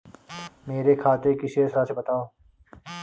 मेरे खाते की शेष राशि बताओ?